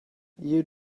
you